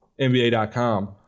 NBA.com